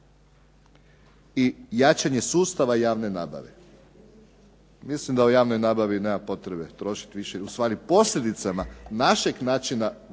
i jačanje sustava javne nabave. Mislim da o javnoj nabavi nema potrebe trošiti više ustvari posljedicama našeg način